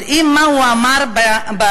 יודעים מה הוא אמר בעיתון?